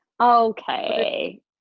Okay